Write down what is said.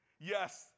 Yes